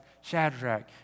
Shadrach